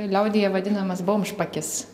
liaudyje vadinamas bomžpakis